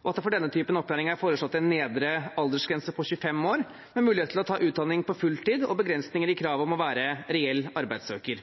For denne typen opplæring er det foreslått en nedre aldersgrense på 25 år, med mulighet for å ta utdanning på fulltid og begrensninger i kravet om å være reell arbeidssøker.